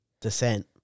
descent